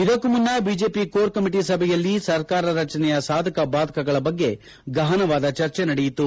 ಇದಕ್ಕೂ ಮುನ್ನ BJP core committee ಸಭೆಯಲ್ಲಿ ಸರ್ಕಾರ ರಚನೆಯ ಸಾಧಕ ಬಾಧಕಗಳ ಬಗ್ಗೆ ಗಹನವಾದ ಚರ್ಚೆ ನಡೆಯಿತು